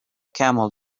camel